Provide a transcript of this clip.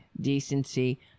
decency